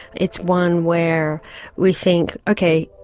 it's one where we think, okay,